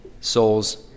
souls